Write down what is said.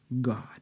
God